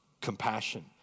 Compassion